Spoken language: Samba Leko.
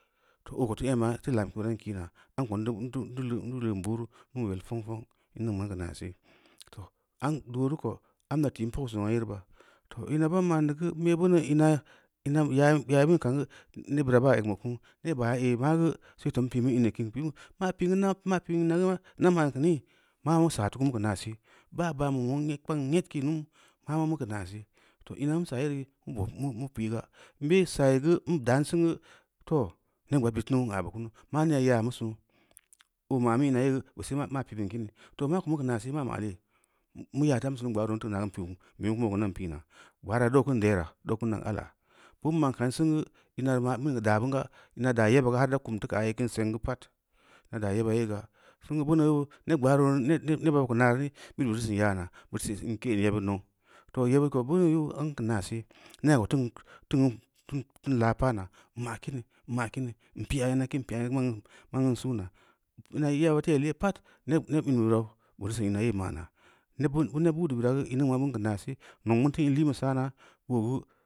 Too oo ko teu ema teu lamke oo ran kina, amko n teu leun buru nuu yel feng-feng, in ming ma n geu naasee, too, doora ko amma ti’n pau sin zangna yere ba, too m-a ban ma’n neu geu mu i-‘ beuneu i-na ya bīī kan geu nebbira ba egbu ku nee baaya ehh magu seto n po mu īni kin, ma pin geu, ma pī’n ma yee geu na ma’n geu mī? Maama mu saa feu keeunu mu keu naase, bang ban be muong kpangu nyedke nunu, maa ma muku naaseu, too ma n saa yere, n bob, mu pī’ga, n be saayi geu n be daan sin gu, too neb gbaad bid kin geu on aa bu kunu, maa neo yaa mu sunnu oo ma’mu ina yoo geu ba see maa pī’ bin kimi, too maako mugeu naasa, maa ma’ lee? Mu yaa feu am sunu gbaro n teu keu naa gu n piu, bid mu bobi min gan pi’na, gbaara duu kin deera daa kun yan ala, bin ma’ n kam singu, ina reu daa binga, ina reu daa yeba yee ga har teu kum teu kaani seng geu pad, daa yeba yee ge, singu beeneu yeu neb gbaaro neba geu nareu ni bid nuu ireu sin yaa na bu reu sin ke’n yebbid neu, too yebbil ko beu yoo n keu naaseu, naako teun laa pa’na, nma kimi, n ma’ kini, n pi’a ina kim, n pi’a ina kin man suuna, ma gaa teu yel yere pad neb in bu birau, bura sin ina yee ma’ naa bin neb buud beu bira geu in ningn ma bin geu naaseu nong bin teu in liin beu saana boogen